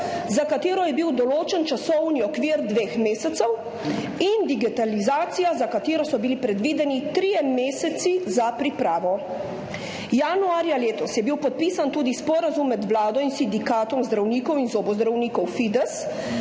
za katero je bil določen časovni okvir dveh mesecev in digitalizacija, za katero so bili predvideni trije meseci za pripravo. Januarja letos je bil podpisan tudi sporazum med Vlado in sindikatom zdravnikov in zobozdravnikov Fides,